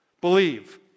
Believe